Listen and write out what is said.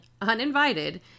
uninvited